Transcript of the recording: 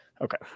Okay